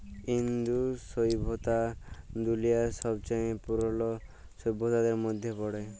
ইন্দু সইভ্যতা দুলিয়ার ছবচাঁয়ে পুরল সইভ্যতাদের মইধ্যে পড়ে